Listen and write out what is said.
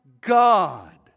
God